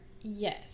Yes